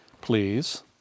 please